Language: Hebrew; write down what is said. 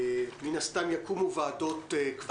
מן הסתם יקומו ועדות קבועות.